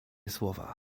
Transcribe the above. słowa